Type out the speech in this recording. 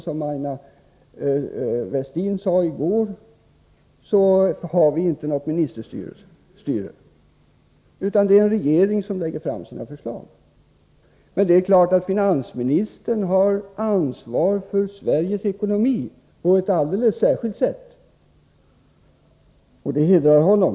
Som Aina Westin sade i går, har vi inte något ministerstyre, utan det är regeringen som lägger fram sina förslag. Men det är klart att finansministern har ett alldeles särskilt ansvar för Sveriges ekonomi, och han sköter sin uppgift på ett sätt som hedrar honom.